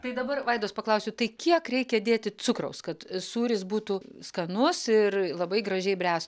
tai dabar vaidos paklausiu tai kiek reikia dėti cukraus kad sūris būtų skanus ir labai gražiai bręs